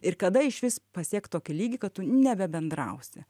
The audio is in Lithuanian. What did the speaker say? ir kada išvis pasiekt tokį lygį kad tu nebebendrausi